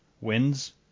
wins